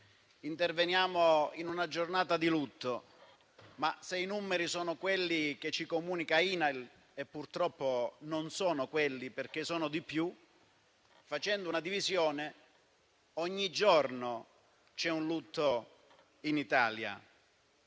interveniamo in una giornata di lutto, ma se i numeri sono quelli che ci comunica l'INAIL, che purtroppo però non sono quelli, perché sono di più, facendo una divisione, ogni giorno c'è un lutto in Italia: